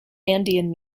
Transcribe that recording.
andean